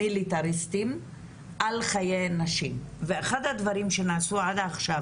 המיליטריסיים על חיי נשים ואחד הדברים שנעשו עד עכשיו,